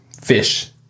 fish